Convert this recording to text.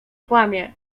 kłamię